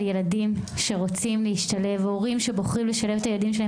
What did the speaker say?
ילדים שרוצים להשתלב והורים שבוחרים לשלב את הילדים שלהם